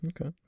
Okay